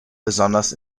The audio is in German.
besonders